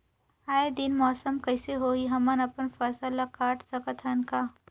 आय दिन मौसम कइसे होही, हमन अपन फसल ल काट सकत हन का?